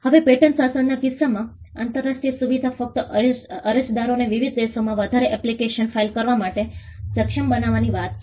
હવે પેટન્ટ શાસનના કિસ્સામાં આંતરરાષ્ટ્રીય સુવિધા ફક્ત અરજદારોને વિવિધ દેશોમાં વધારે એપ્લિકેશન ફાઇલ કરવા માટે સક્ષમ બનાવવાની વાત છે